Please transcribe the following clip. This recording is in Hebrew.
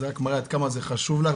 זה באמת מראה כמה זה חשוב לך,